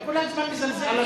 היא כל הזמן מזלזלת,